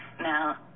now